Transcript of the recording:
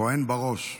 כוהן בראש.